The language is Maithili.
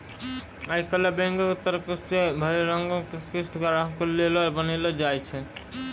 आई काल्हि बैंको के तरफो से सभै रंगो के किस्त ग्राहको लेली बनैलो जाय छै